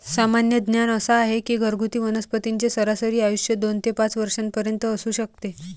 सामान्य ज्ञान असा आहे की घरगुती वनस्पतींचे सरासरी आयुष्य दोन ते पाच वर्षांपर्यंत असू शकते